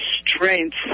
strength